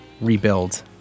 rebuild